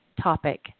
topic